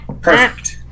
Perfect